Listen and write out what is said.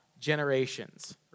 generations